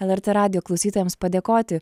lrt radijo klausytojams padėkoti